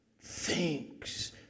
thinks